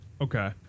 Okay